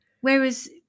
Whereas